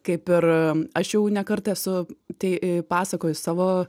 kaip ir aš jau ne kartą esu tai pasakojus savo